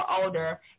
older